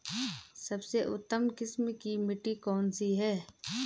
सबसे उत्तम किस्म की मिट्टी कौन सी है?